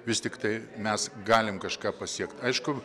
vis tiktai mes galim kažką pasiekt aišku